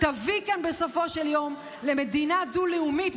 יביא כאן בסופו של יום למדינה דו-לאומית,